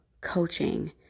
coaching